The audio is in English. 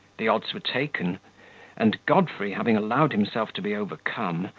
the odds were taken and godfrey having allowed himself to be overcome,